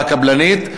הקבלנית.